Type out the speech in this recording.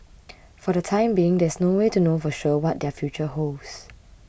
for the time being there is no way to know for sure what their future holds